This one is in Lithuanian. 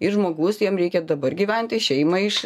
ir žmogus jam reikia dabar gyventi šeimą iš